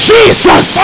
Jesus